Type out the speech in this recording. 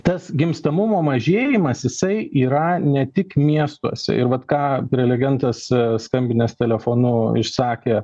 tas gimstamumo mažėjimas jisai yra ne tik miestuose ir vat ką prelegentas skambinęs telefonu išsakė